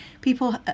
people